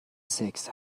سکس